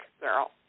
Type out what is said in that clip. girl